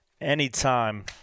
Anytime